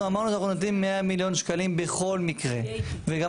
אנחנו אמרנו שאנחנו נותנים 100 מיליון שקלים בכל מקרה וגם